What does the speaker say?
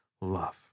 Love